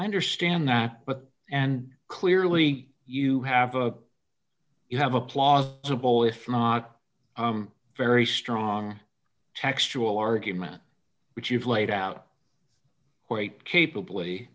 i understand that but and clearly you have a you have a clause simple if not very strong textual argument which you've laid out quite capab